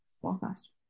forecast